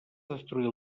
destruir